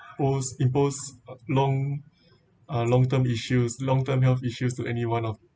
pose impose long uh long term issues long term health issues to any one of